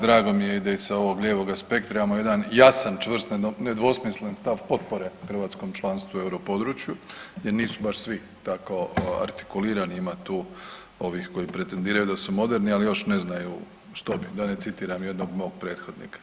Drago mi je da i sa ovog lijevoga spektra imamo jedan jasan, čvrst, nedvosmislen stav potpore hrvatskom članstvu u Euro području jer nisu baš svi tako artikulirani, ima tu ovih koji pretendiraju da su moderni, ali još ne znaju što bi, da ne citiram jednog mog prethodnika.